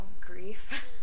grief